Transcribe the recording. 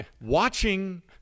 watching